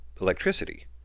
electricity